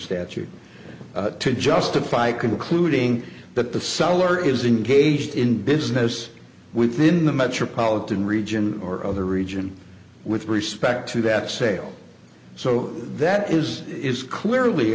statute to justify concluding that the seller is engaged in business within the metropolitan region or of the region with respect to that sale so that is is clearly